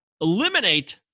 eliminate